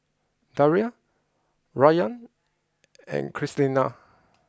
Dalia Rayan and Krystina